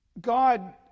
God